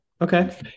okay